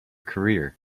career